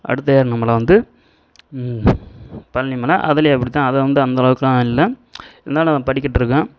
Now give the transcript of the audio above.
அடுத்த ஏறின மலை வந்து பழனி மலை அதுலேயும் அப்படி தான் அதில் வந்து அந்த அளவுக்கெல்லாம் இல்லை இருந்தாலும் படிக்கட்டுருக்கும்